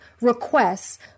requests